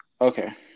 Okay